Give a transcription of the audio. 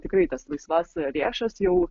tikrai tas laisvas lėšas jau